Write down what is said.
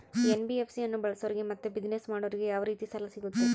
NBFC ಅನ್ನು ಬಳಸೋರಿಗೆ ಮತ್ತೆ ಬಿಸಿನೆಸ್ ಮಾಡೋರಿಗೆ ಯಾವ ರೇತಿ ಸಾಲ ಸಿಗುತ್ತೆ?